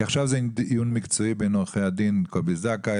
כי עכשיו זה דיון מקצועי בין עורך הדין קובי זכאי